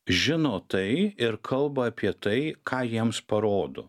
žino tai ir kalba apie tai ką jiems parodo